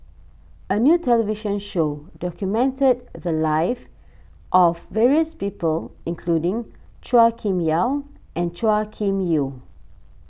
a new television show documented the lives of various people including Chua Kim Yeow and Chua Kim Yeow